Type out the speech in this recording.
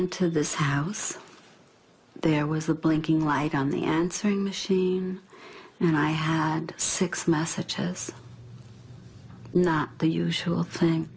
into this house there was a blinking light on the answering machine and i had six massa tests not the usual thing